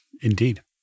Indeed